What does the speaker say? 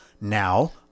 now